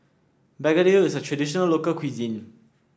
begedil is a traditional local cuisine